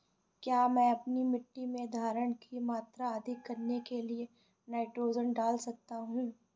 क्या मैं अपनी मिट्टी में धारण की मात्रा अधिक करने के लिए नाइट्रोजन डाल सकता हूँ?